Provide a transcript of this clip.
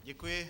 Děkuji.